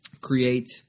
create